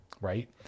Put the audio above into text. right